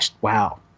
wow